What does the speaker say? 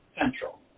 Central